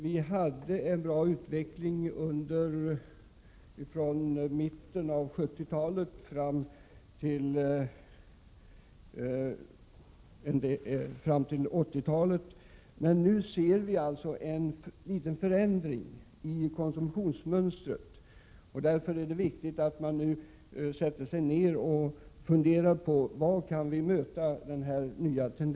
Vi hade en bra utveckling från mitten av 70-talet och fram till mitten av 80-talet. Men nu ser vi alltså en förändring i konsumtionsmönstret. Därför är det viktigt att man funderar över hur vi kan möta denna nya trend.